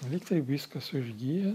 lygtai viskas užgijo